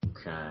Okay